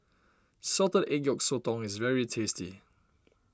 Salted Egg Yolk Sotong is very tasty